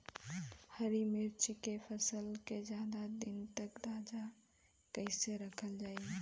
हरि मिर्च के फसल के ज्यादा दिन तक ताजा कइसे रखल जाई?